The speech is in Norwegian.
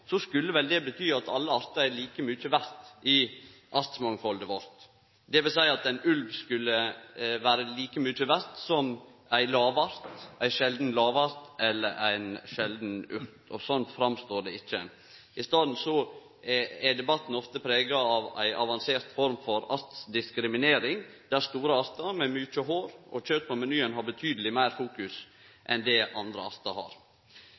skulle vel det bety at alle artar er like mykje verde i mangfaldet vårt, dvs. at ein ulv skulle vere like mykje verd som ein sjeldan lavart eller ei sjeldan urt? Sånn er det ikkje. I staden er debatten ofte prega av ei avansert form for diskriminering av artar, der store artar med mykje hår og kjøt på menyen er betydeleg meir i fokus enn det andre artar er. Til slutt: Statsråden har